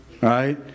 right